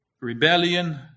rebellion